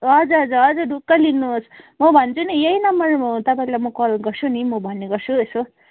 हजुर हजुर हजुर ढुक्कै लिनुहोस् म भन्छु नि यही नम्बरमा हो म तपाईँलाई कल गर्छु नि म भन्ने गर्छु यसो